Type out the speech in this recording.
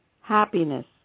happiness